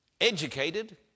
educated